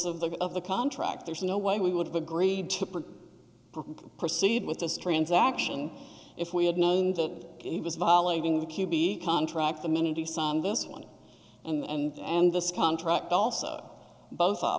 of the of the contract there's no way we would have agreed to put proceed with this transaction if we had known that he was violating the q b contract the minute he signed this one and this contract also both